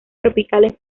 tropicales